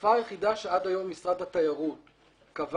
השפה היחידה שעד היום משרד התיירות קבע